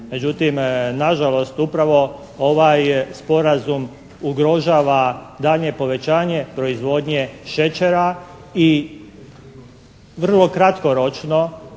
Međutim nažalost upravo ovaj sporazum ugrožava daljnje povećanje proizvodnje šećera i vrlo kratkoročno